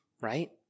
right